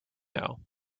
know